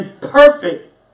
perfect